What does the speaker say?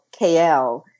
KL